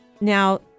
now